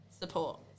Support